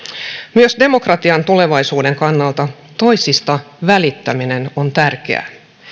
myös demokratian tulevaisuuden kannalta toisista välittäminen on tärkeää ketään